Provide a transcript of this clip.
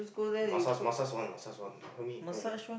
massage massage one massage one help me help me